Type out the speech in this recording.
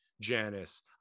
Janice